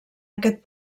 aquest